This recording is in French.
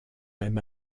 même